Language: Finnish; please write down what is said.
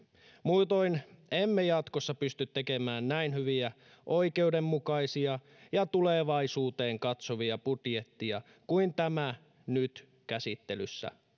muutoin emme jatkossa pysty tekemään näin hyviä oikeudenmukaisia ja tulevaisuuteen katsovia budjetteja kuin tämä nyt käsittelyssä